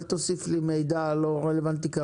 אל תוסיף לי מידע לא רלוונטי.